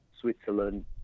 Switzerland